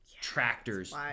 tractors